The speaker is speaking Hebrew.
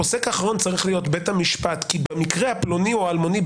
הפוסק האחרון צריך להיות בית המשפט כי במקרה הפלוני או האלמוני,